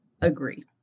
agree